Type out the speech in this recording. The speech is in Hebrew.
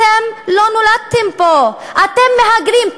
אתם לא נולדתם פה, אתם מהגרים.